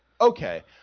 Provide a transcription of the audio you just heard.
Okay